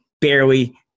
barely